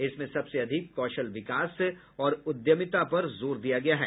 इसमें सबसे अधिक कौशल विकास और उद्यमिता पर जोर दिया गया है